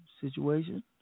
situation